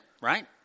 right